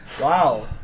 wow